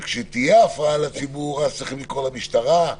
כשתהיה הפרעה לציבור אז צריכים לקרוא למשטרה?